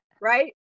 Right